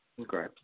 Okay